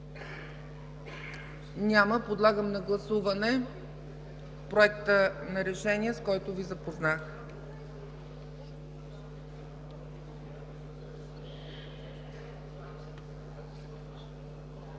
Няма. Подлагам на гласуване Проекта на решение, с който Ви запознах.